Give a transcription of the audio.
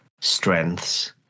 strengths